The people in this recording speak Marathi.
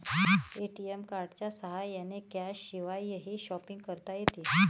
ए.टी.एम कार्डच्या साह्याने कॅशशिवायही शॉपिंग करता येते